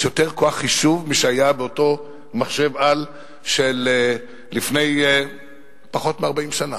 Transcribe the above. יש יותר כוח חישוב משהיה באותו מחשב-על של לפני פחות מ-40 שנה.